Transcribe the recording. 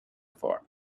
far